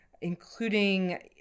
including